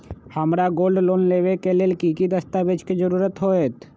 हमरा gold loan लेबे के लेल कि कि दस्ताबेज के जरूरत होयेत?